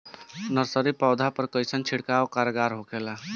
Nursery पौधा पर कइसन छिड़काव कारगर होखेला?